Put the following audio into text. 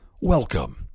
Welcome